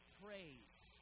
praise